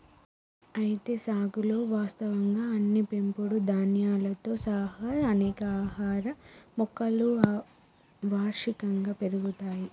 అయితే సాగులో వాస్తవంగా అన్ని పెంపుడు ధాన్యాలతో సహా అనేక ఆహార మొక్కలు వార్షికంగా పెరుగుతాయి